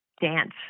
dance